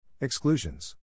Exclusions